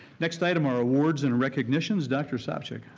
next item our awards and recognitions. dr. sopcich.